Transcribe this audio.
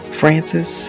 francis